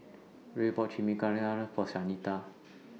Rhea bought Chimichangas For Shanita